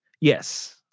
Yes